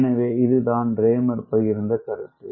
எனவே இதுதான் ரேமர் பகிர்ந்த கருத்து